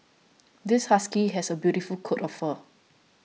this husky has a beautiful coat of fur